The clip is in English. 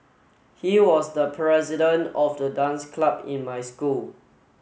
he was the president of the dance club in my school